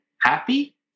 happy